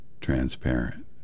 transparent